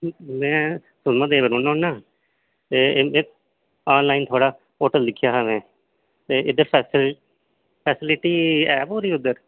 में सुद्धमहादेव रौह्ना होना ते ऑनलाईन होटल दिक्खेआ हा में थुआढ़ा एह्दी फेस्लिटी ऐ पूरी इद्धर